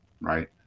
right